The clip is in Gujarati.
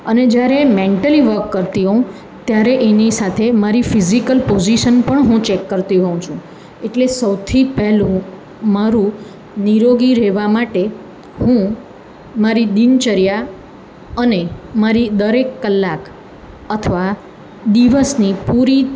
અને જ્યારે મેન્ટલી વર્ક કરતી હોઉં ત્યારે એની સાથે મારી ફિઝિકલ પોઝિસન પણ હું ચેક કરતી હોઉં છું એટલે સૌથી પહેલું મારું નિરોગી રહેવા માટે હું મારી દિનચર્યા અને મારી દરેક કલાક અથવા દિવસની પૂરી